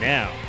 Now